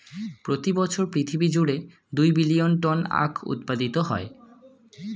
প্রতি বছর পৃথিবী জুড়ে দুই বিলিয়ন টন আখ উৎপাদিত হয়